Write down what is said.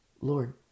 Lord